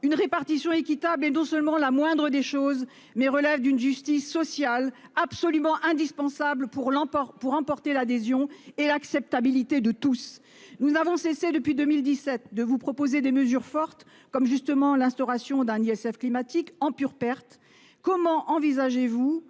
une répartition équitable et non seulement la moindre des choses mais relève d'une justice sociale absolument indispensable pour l'emporte pour emporter l'adhésion et l'acceptabilité de tous. Nous n'avons cessé depuis 2017 de vous proposer des mesures fortes comme justement l'instauration d'un ISF climatique en pure perte. Comment envisagez-vous